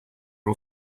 all